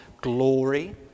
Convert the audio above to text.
glory